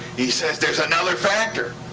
he says, there's another factor.